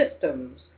systems